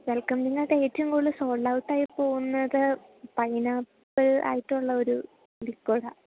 welcome ഡ്രിങ്കായിട്ട് ഏറ്റവും കൂടുതൽ സോൾഡൗട്ടായി പോകുന്നത് പൈനാപ്പിൾ ആയിട്ടുള്ള ഒരു ലിക്വിഡാണ്